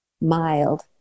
mild